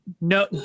no